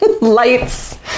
lights